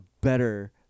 better